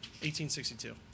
1862